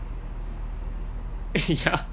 ya